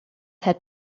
had